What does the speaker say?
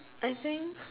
I think